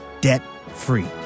debt-free